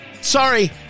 Sorry